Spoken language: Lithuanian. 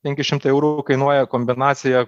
penki šimtai eurų kainuoja kombinacija